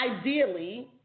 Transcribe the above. ideally –